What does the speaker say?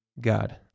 God